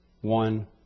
one